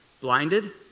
blinded